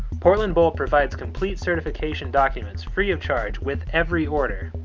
portland bolt provides complete certification documents free of charge with every order.